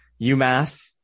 UMass